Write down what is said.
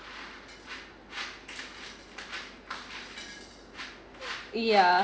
yeah